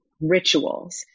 rituals